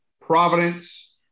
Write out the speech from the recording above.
Providence